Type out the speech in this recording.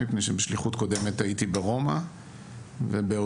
מפני שבשליחות קודמת הייתי ברומא ומיד